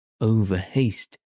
over-haste